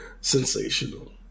Sensational